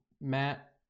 Matt